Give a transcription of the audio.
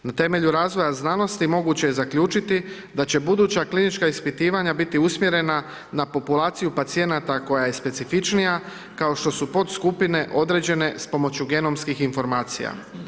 Na temelju razvoja znanosti moguće je zaključiti da će buduća klinička ispitivanja biti usmjerena na populaciju pacijenata koja je specifičnija, kao što su podskupine određene s pomoću genomskim informacija.